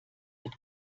mit